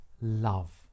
love